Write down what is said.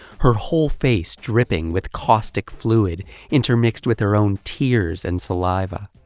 her whole face dripping with caustic fluid intermixed with her own tears and saliva.